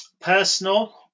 Personal